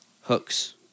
Hooks